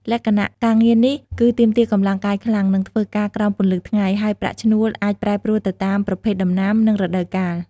លក្ខណៈការងារនេះគឺទាមទារកម្លាំងកាយខ្លាំង និងធ្វើការក្រោមពន្លឺថ្ងៃ ហើយប្រាក់ឈ្នួលអាចប្រែប្រួលទៅតាមប្រភេទដំណាំ និងរដូវកាល ។